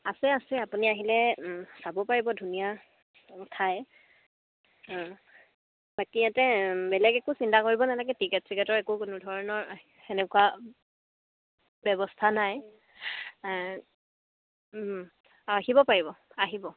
আছে আছে আপুনি আহিলে চাব পাৰিব ধুনীয়া ঠাই বাকী ইয়াতে বেলেগ একো চিন্তা কৰিব নালাগে টিকেট চিকেটৰ একো কোনো ধৰণৰ তেনেকুৱা ব্যৱস্থা নাই আহিব পাৰিব আহিব